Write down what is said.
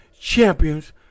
champions